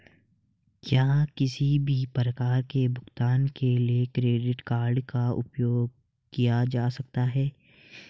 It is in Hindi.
क्या किसी भी प्रकार के भुगतान के लिए क्रेडिट कार्ड का उपयोग किया जा सकता है?